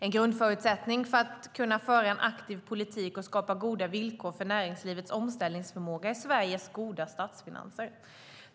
En grundförutsättning för att kunna föra en aktiv politik och skapa goda villkor för näringslivets omställningsförmåga är Sveriges goda statsfinanser.